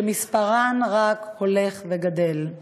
ומספרן רק הולך וגדל.